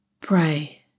pray